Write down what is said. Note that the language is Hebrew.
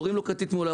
קוראים לו כתית מעולה,